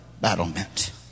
battlement